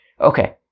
Okay